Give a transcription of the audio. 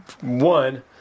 One